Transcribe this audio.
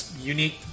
unique